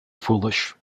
foolish